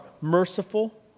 merciful